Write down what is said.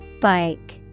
Bike